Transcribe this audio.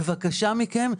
בבקשה מכם,